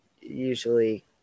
usually